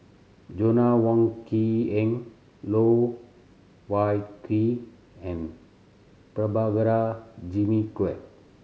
Joanna Wong Quee Heng Loh Wai Kiew and Prabhakara Jimmy Quek